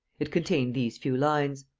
it contained these few lines